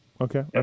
Okay